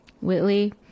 Whitley